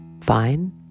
fine